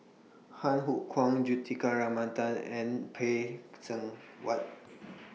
Han Hook Kwang Juthika and Phay Seng Whatt